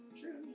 True